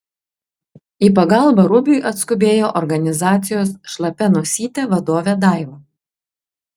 į pagalbą rubiui atskubėjo organizacijos šlapia nosytė vadovė daiva